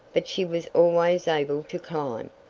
but she was always able to climb.